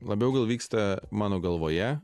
labiau gal vyksta mano galvoje